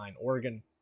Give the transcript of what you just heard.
Oregon